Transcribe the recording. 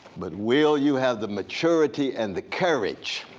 but will you have the maturity and the courage